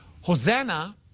Hosanna